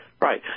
Right